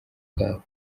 bwabo